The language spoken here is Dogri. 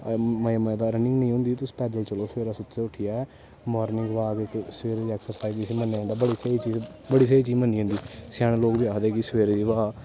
मजे मजे दा रनिंग निं होंदी तुस पैदल चलो सवेरै सुत्ते दे उट्ठियै मार्निंग वाक इक सवेरे दी ऐक्सरसाइज जिसी मन्नेआ जंदा बड़ी स्हेई चीज़ मन्नी जंदी स्याने लोक बी आखदे कि सवेरे जेह्ड़ा